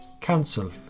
council